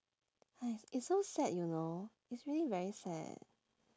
it's so sad you know it's really very sad